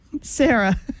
Sarah